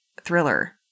thriller